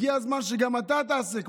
הגיע הזמן שגם אתה תעשה.